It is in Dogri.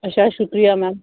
अच्छा शुक्रिया मैम